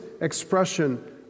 expression